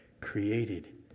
created